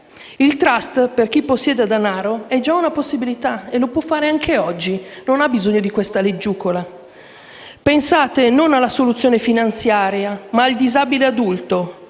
Il *trust* per chi possiede denaro è già una possibilità e lo può fare anche oggi, non ha bisogno di questa leggiucola. Pensate non alla soluzione finanziaria, ma al disabile adulto.